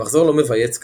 במחזור לא מבייץ כאמור,